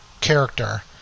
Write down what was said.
character